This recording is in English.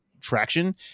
traction